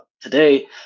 today